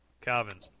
Calvin